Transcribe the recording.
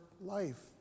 life